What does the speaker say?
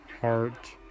heart